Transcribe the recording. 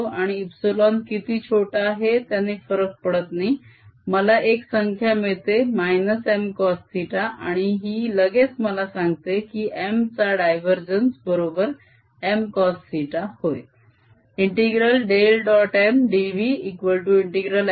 आणि ε किती छोटा आहे त्याने फरक पडत नाही मला एक संख्या मिळते Mcosθ आणि ही लगेच मला सांगते की M चा डायवरजेन्स बरोबर -M cosθ होय